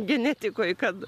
genetikoj kad